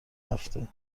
هفته